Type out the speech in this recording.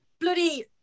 bloody